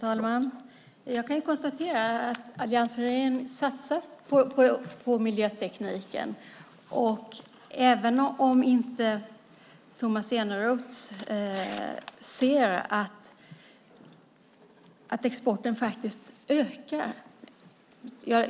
Herr talman! Jag kan konstatera att alliansregeringen satsar på miljötekniken, även om inte Tomas Eneroth ser att exporten faktiskt ökar.